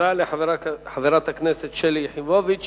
תודה לחברת הכנסת שלי יחימוביץ.